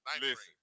Listen